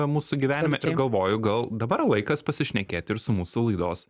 mūsų gyvenime ir galvoju gal dabar laikas pasišnekėti ir su mūsų laidos